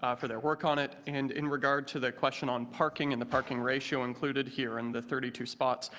ah for their work on it, and in regard to the question on parking and the parking ratio included here in the thirty two spots,